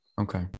Okay